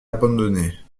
abandonnés